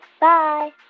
Bye